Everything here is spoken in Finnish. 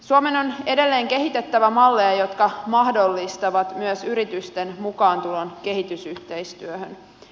suomen on edelleen kehitettävä malleja jotka mahdollistavat myös yritysten mukaantulon kehitysyhteistyöhön